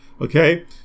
okay